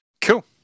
Cool